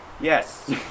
Yes